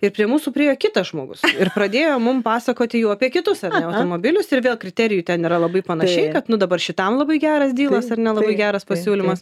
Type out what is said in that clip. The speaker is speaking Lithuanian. ir prie mūsų priėjo kitas žmogus ir pradėjo mum pasakoti jau apie kitus ar ne automobilius ir vėl kriterijų ten yra labai panašiai kad nu dabar šitam labai geras dylas ar ne labai geras pasiūlymas